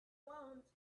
wound